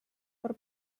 per